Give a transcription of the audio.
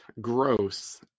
Gross